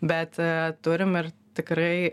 bet ee turim ir tikrai